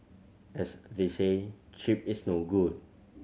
as they say cheap is no good